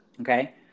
Okay